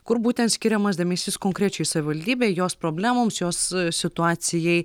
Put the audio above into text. kur būtent skiriamas dėmesys konkrečiai savivaldybei jos problemoms jos situacijai